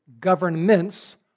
governments